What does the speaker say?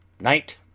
Night